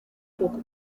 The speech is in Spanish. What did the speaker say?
poco